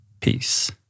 Peace